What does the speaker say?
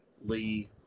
Lee